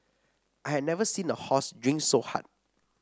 I had never seen a horse drink so hard